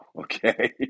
okay